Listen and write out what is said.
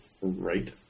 right